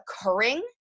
occurring